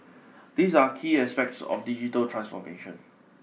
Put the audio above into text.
these are key aspects of digital transformation